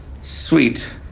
Sweet